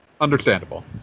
understandable